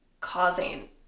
causing